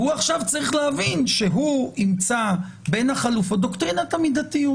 הוא צריך להבין שהוא ימצא בין החלופות דוקטרינת המידתיות: